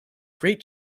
great